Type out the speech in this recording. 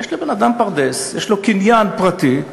יש לבן-אדם פרדס, יש לו קניין פרטי,